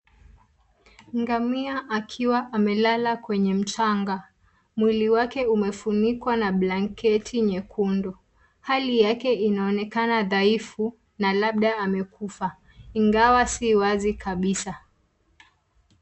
Ngamia akiwa amelala kwenye mchanga. Mwili wake umefunikwa na blanketi nyekundu. Hali yake inaonekana dhaifu na labda amekufa. Ingawa si wazi kabisaa.